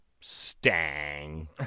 Stang